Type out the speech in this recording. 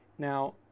Now